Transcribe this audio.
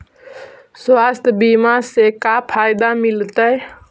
स्वास्थ्य बीमा से का फायदा मिलतै?